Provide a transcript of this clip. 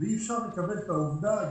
אי-אפשר לקבל את העובדה הזאת,